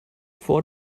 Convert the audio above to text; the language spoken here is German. vor